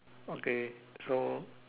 okay so